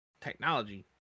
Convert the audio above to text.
Technology